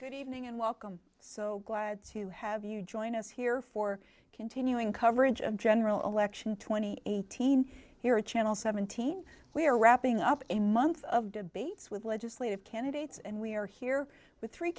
good evening and welcome so glad to have you join us here for continuing coverage of general election twenty eighteen here at channel seventeen we're wrapping up a month of debates with legislative candidates and we are here with three